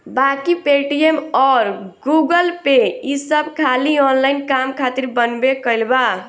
बाकी पेटीएम अउर गूगलपे ई सब खाली ऑनलाइन काम खातिर बनबे कईल बा